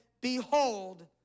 behold